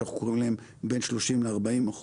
שאנחנו קוראים להם בין 30% ל-40%.